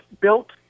built